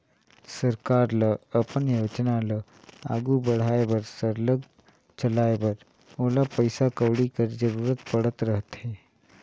सरकार ल अपन योजना ल आघु बढ़ाए बर सरलग चलाए बर ओला पइसा कउड़ी कर जरूरत परत रहथे